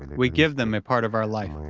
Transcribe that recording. we give them a part of our life